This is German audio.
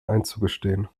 einzugestehen